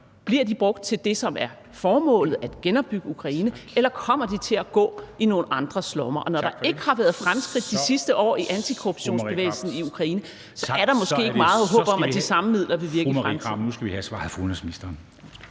Bliver de brugt til det, som er formålet, altså at genopbygge Ukraine, eller kommer de til at gå i nogle andres lommer? Og når der ikke har været fremskridt de sidste år i antikorruptionsbevægelsen i Ukraine, er der måske ikke meget håb om, at de samme midler vil virke i fremtiden.